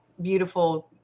beautiful